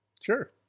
Sure